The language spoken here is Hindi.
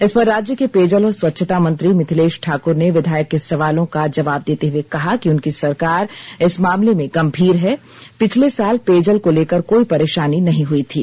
इस पर राज्य के पेयजल और स्वच्छता मंत्री मिथिलेष ठाक्र ने विधायक के सवालों को जवाब देते हुए कहा कि उनकी सरकार इस मामले में गंभीर है पिछले साल पेयजल को लेकर कोई परेशानी नहीं हुई थी